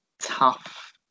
tough